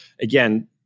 again